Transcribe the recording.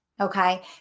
Okay